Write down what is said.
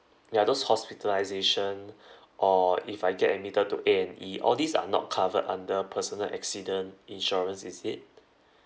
ya those hospitalisation or if I get admitted to A&E all these are not covered under personal accident insurance is it